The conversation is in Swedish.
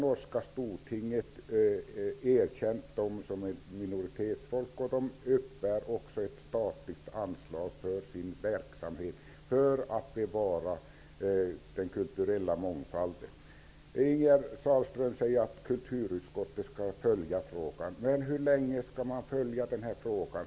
Norska stortinget har erkänt kvenerna som ett minoritetsfolk. De uppbär också ett statligt anslag för sin verksamhet för att den kulturella mångfalden skall bevaras. Ingegerd Sahlström säger att kulturutskottet skall följa frågan. Hur länge skall man följa denna fråga?